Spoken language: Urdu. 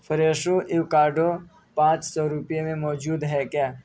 فریشو ایوکاڈو پانچ سو روپیے میں موجود ہے کیا